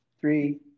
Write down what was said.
three